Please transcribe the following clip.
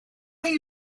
chi